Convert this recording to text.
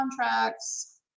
contracts